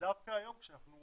דווקא היום, כשאנחנו